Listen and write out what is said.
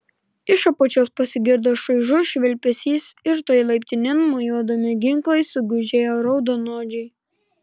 iš apačios pasigirdo šaižus švilpesys ir tuoj laiptinėn mojuodami ginklais sugužėjo raudonodžiai